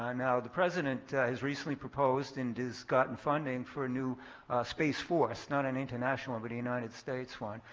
um now, the president has recently proposed and has gotten funding for a new space force, not an international one but a united states one,